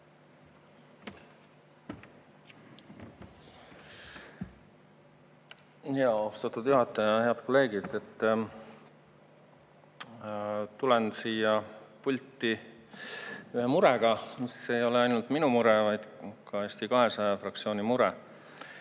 Austatud juhataja! Head kolleegid! Tulen siia pulti ühe murega, mis ei ole ainult minu mure, vaid ka Eesti 200 fraktsiooni mure.